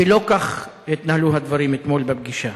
שלא כך התנהלו הדברים אתמול בפגישה.